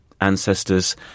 ancestors